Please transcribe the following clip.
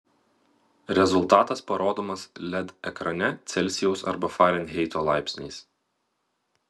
rezultatas parodomas led ekrane celsijaus arba farenheito laipsniais